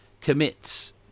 commits